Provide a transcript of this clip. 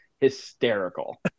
hysterical